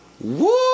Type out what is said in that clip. Woo